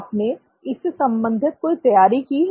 आपने इससे संबंधित कोई तैयारी की है